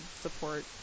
support